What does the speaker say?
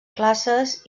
classes